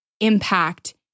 impact